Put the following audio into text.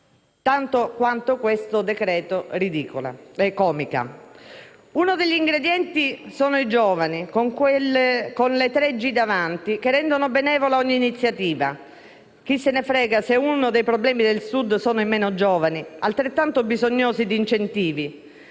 comica quanto questo decreto-legge. Uno degli ingredienti sono i giovani, quelli con le tre G davanti, che rendono benevola ogni iniziativa. Chi se ne frega se uno dei problemi del Sud sono i meno giovani, altrettanto bisognosi di incentivi?